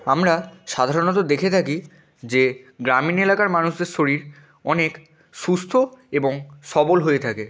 আমরা সাধারণত দেখে থাকি যে গ্রামীণ এলাকার মানুষদের শরীর অনেক সুস্থ এবং সবল হয়ে থাকে